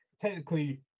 technically